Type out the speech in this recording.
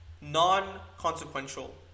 non-consequential